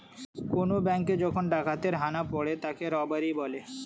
কোন ব্যাঙ্কে যখন ডাকাতের হানা পড়ে তাকে রবারি বলে